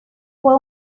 fue